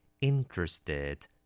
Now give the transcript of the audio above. interested